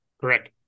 Correct